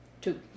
two